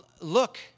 look